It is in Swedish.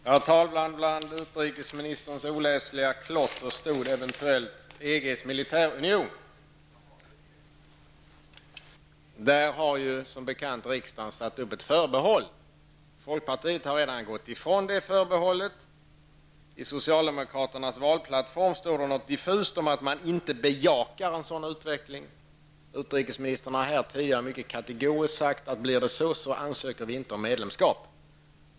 Herr talman! Bland utrikesministerns oläsliga klotter stod det eventuellt något om EGs militärunion. Om det har som bekant riksdagen satt upp ett förbehåll. Folkpartiet har redan gått ifrån det förbehållet. I socialdemokraternas valplattform står det något diffust om att man inte bejakar en sådan utveckling. Utrikesministern har tidigare mycket kategoriskt sagt att blir det en militärunion skall Sverige inte ansöka om medlemskap.